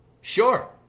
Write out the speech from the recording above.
sure